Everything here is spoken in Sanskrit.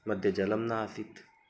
मध्ये जलं न आसीत्